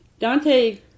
dante